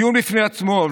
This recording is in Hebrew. דיון בפני עצמו.